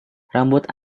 rambut